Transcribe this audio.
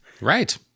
right